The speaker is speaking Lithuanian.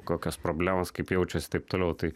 kokios problemos kaip jaučiasi taip toliau tai